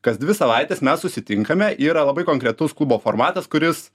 kas dvi savaites mes susitinkame yra labai konkretus klubo formatas kuris